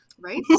Right